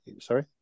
Sorry